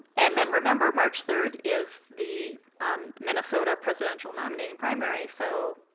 and then remember march third is the minnesota presidential nominating primary. so,